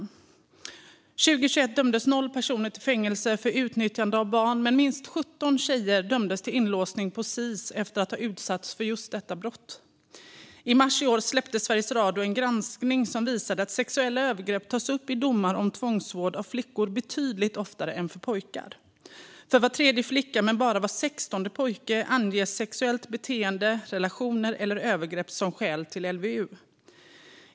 År 2021 dömdes noll personer till fängelse för utnyttjande av barn, men minst 17 tjejer dömdes till inlåsning på Sis efter att ha utsatts för just det brottet. I mars i år släppte Sveriges Radio en granskning som visade att sexuella övergrepp tas upp i domar om tvångsvård av flickor betydligt oftare än för pojkar. För var tredje flicka men bara för var sextonde pojke anges sexuellt beteende, relationer eller övergrepp som skäl till LVU.